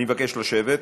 אני מבקש לשבת,